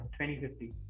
2050